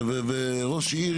וראש עיר,